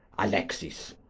alexis,